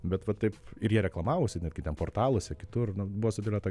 bet va taip ir jie reklamavosi netgi ten portaluose kitur nu buvo sudėliota